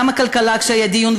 גם בוועדת הכלכלה כשהיה דיון,